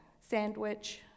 sandwich